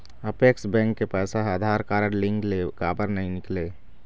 Apex bank के पैसा हा आधार कारड लिंक ले काबर नहीं निकले?